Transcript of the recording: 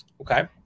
Okay